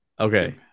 Okay